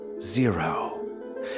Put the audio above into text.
zero